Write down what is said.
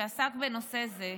שעסק בנושא זה,